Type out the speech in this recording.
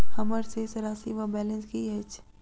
हम्मर शेष राशि वा बैलेंस की अछि?